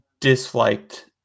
disliked